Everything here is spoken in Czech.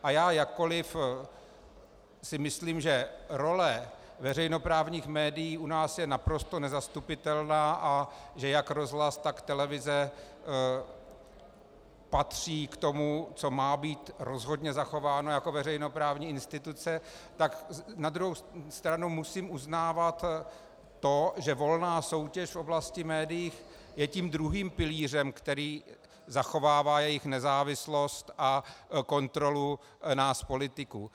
A jakkoliv si myslím, že role veřejnoprávních médií u nás je naprosto nezastupitelná a že jak rozhlas, tak televize patří k tomu, co má být rozhodně zachováno jako veřejnoprávní instituce, tak na druhou stranu musím uznávat to, že volná soutěž v oblasti médií je tím druhým pilířem, který zachovává jejich nezávislost a kontrolu nás politiků.